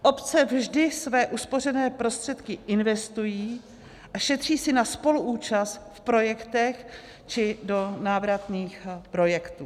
Obce vždy své uspořené prostředky investují a šetří si na spoluúčast v projektech či do návratných projektů.